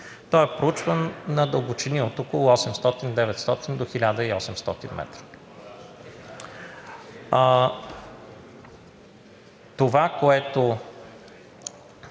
Той е проучван на дълбочини от около 800 – 900 до 1800 м. Това, което